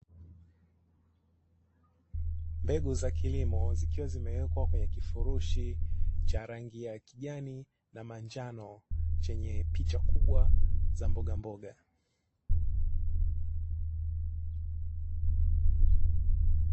Mbegu za kilimo zikiwa zimewekwa kwenye kifurushi cha rangi ya kijani na manjano chenye picha kubwa za mbogamboga.